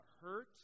hurt